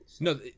No